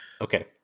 Okay